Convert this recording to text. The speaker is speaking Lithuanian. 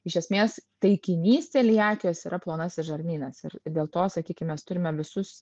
iš esmės taikinys celiakijos yra plonasis žarnynas ir dėl to sakykim mes turime visus